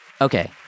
Okay